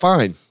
Fine